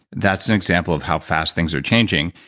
that's an example of how fast things are changing.